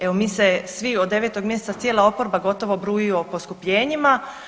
Evo mi se svi od 9. mjeseca, cijela oporba gotovo bruji o poskupljenjima.